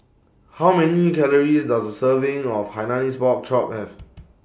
How Many Calories Does A Serving of Hainanese Pork Chop Have